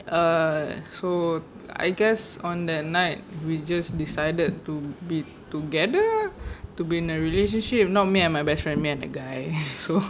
uh so I guess on that night we just decided to be together to be in a relationship not me and my best friend my and the guy so